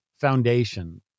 foundation